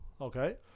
Okay